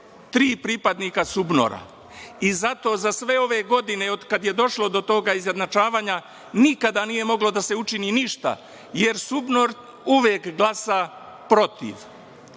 tri pripadnika SUBNOR-a. Zato za sve ove godine od kad je došlo do tog izjednačavanja nikada nije moglo da se učini ništa, jer SUBNOR uvek glasa protiv.